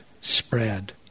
spread